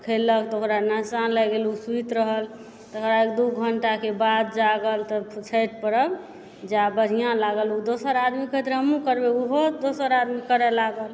तऽ ओकरा नसा लागि गेल तऽ ओ सूति रहल तकर एक दू घण्टाके बाद जागल तऽ छठि परब जा बढ़िआँ लागल ओ दोसर आदमी कहैत रहै हमहुँ करबै ओहो दोसर आदमी करै लागल